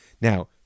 Now